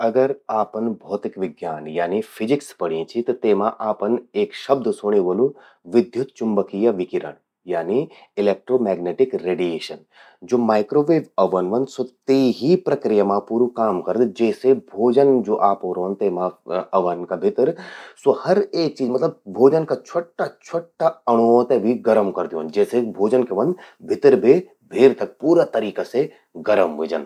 अगर आपन भौतिक विज्ञान यानी फिजिक्स पढ्यीं चि त तेमा एक शब्द सूणी व्होलु विद्युत चुंबकीय विकिरण यानी इलेक्ट्रो मैग्नेटिक रेडिएशन। ज्वो माइक्रोवेव ओवन ह्वंद स्वो ते ही प्रक्रिया मां काम करद। जे से भोजन ज्वो रौंद तेमा ओवन का भितर, स्वो हर एक चीज मतलब भोजन का छ्वोटा छ्वोटा अणुओं ते भि गरम कर द्योंद, जे से भोजन क्या व्हंद भितर बे भेर तक पूरा तरीका से गरम ह्वे जंद।